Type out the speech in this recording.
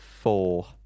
four